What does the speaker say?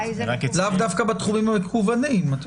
לאו דווקא בתחומים המקוונים.